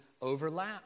overlap